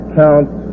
counts